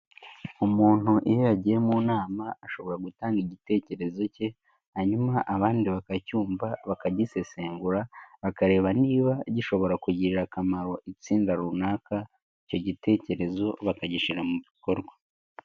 Umuntu iyo yagiye mu nama ashobora gutanga igitekerezo ke, hanyuma abandi bakacyumva bakagisesengura bakareba niba gishobora kugirira akamaro itsinda runaka, icyo gitekerezo bakagishyira mu bikorwa.